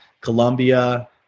Colombia